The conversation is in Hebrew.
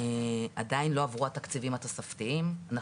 עדיין לא עברו התקציבים התוספתיים,